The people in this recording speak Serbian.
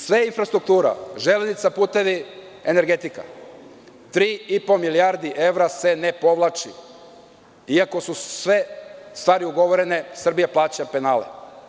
Sve je infrastruktura, železnica, putevi, energetika i 3,5 milijardi evra se ne povlači iako su sve stvari ugovorene Srbija plaća penale.